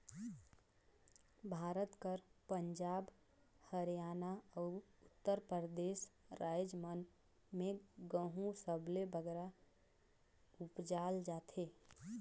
भारत कर पंजाब, हरयाना, अउ उत्तर परदेस राएज मन में गहूँ सबले बगरा उपजाल जाथे